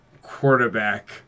quarterback